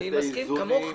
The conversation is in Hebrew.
אני מסכים ואומר כמוך.